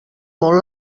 molt